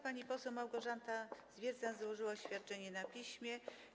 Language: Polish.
Pani poseł Małgorzata Zwiercan złożyła oświadczenie na piśmie.